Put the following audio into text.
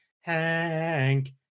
hank